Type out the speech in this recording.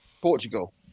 Portugal